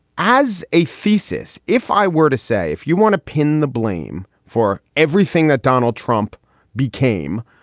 as a thesis, if i were to say, if you want to pin the blame for everything that donald trump became,